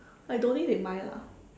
I don't think they mind lah